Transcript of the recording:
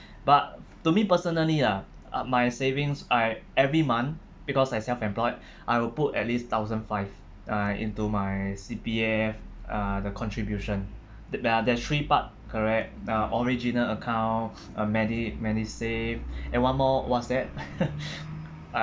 but to me personally ah uh my savings I every month because I'm self employed I will put at least thousand five uh into my C_P_F uh the contribution uh the three part correct uh original account uh medi~ medisave and one more what's that uh